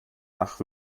nach